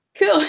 cool